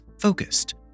focused